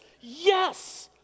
yes